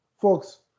folks